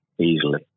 Easily